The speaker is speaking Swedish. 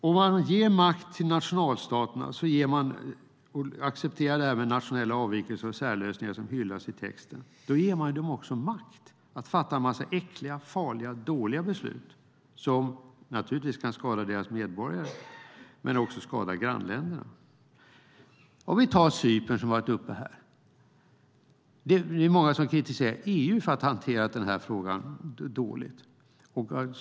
Om man ger makt till nationalstaterna och därmed accepterar nationella avvikelser och särlösningar, vilket hyllas i texten, ger man dem också makt att fatta en mängd äckliga, farliga, dåliga beslut som kan skada deras medborgare men också skada grannländerna. Låt oss ta Cypern som exempel; det har redan varit uppe till diskussion. Många kritiserar EU för att man hanterat frågan dåligt.